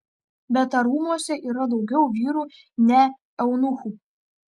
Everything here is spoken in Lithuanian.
bet ar rūmuose yra daugiau vyrų ne eunuchų